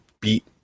beat